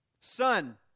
Son